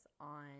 on